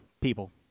people